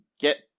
get